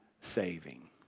saving